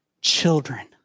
Children